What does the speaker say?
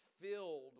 filled